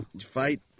fight